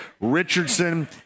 Richardson